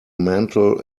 mantel